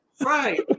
Right